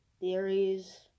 theories